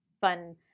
fun